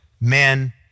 men